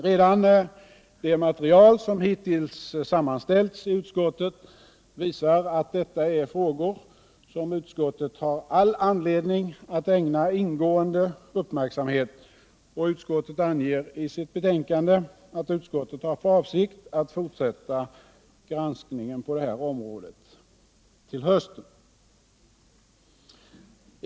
Redan det material som hittills sammanställts i utskottet visar att detta är frågor som utskottet har all anledning att ägna ingående uppmärksamhet, och utskottet anger i sitt betänkande att utskottet har för avsikt att fortsätta granskningen till hösten.